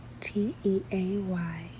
T-E-A-Y